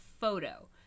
photo